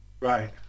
Right